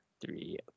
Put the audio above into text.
three